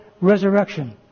resurrection